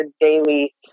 daily